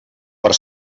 per